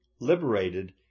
liberated